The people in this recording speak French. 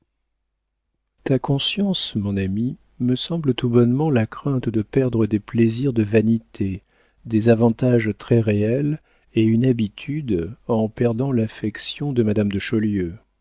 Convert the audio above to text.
ta conscience mon ami me semble tout bonnement la crainte de perdre des plaisirs de vanité des avantages très réels et une habitude en perdant l'affection de madame de